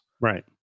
Right